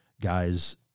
guys